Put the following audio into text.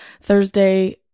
Thursday